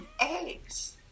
eggs